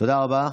תודה רבה.